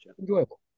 Enjoyable